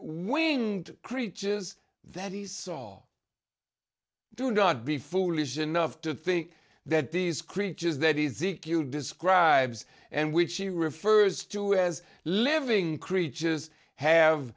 winged creatures that he saw do not be foolish enough to think that these creatures that he is e q describes and which he refers to as living creatures have